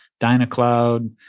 dynacloud